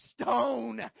stone